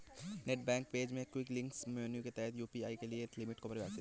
net bank page में quick links menu के तहत यू.पी.आई के लिए लिमिट को परिभाषित करें